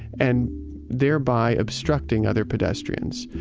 and thereby obstructing other pedestrians.